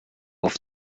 auf